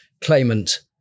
claimant